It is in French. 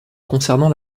concernant